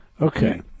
Okay